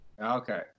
Okay